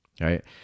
right